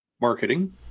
marketing